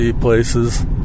places